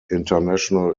international